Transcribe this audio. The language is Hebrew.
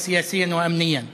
המדינית והביטחונית.)